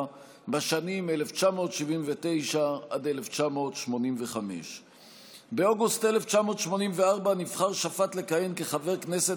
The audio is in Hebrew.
בשנים 1979 1985. באוגוסט 1984 נבחר שפט לכהן כחבר כנסת